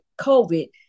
covid